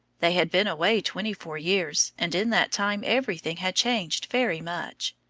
they had been away twenty-four years, and in that time everything had changed very much.